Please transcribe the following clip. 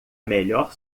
melhor